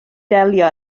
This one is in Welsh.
delio